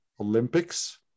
olympics